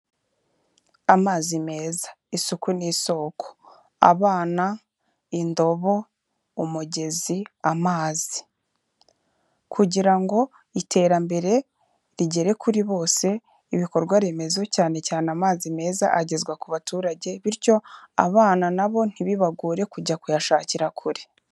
Amazi meza. Isuku ni isoko. Abana, indobo, umugezi, amazi. Kugira ngo iterambere rigere kuri bose ibikorwaremezo cyane cyane amazi meza agezwa ku baturage bityo abana nabo ntibibagore kujya kuyashakira kure.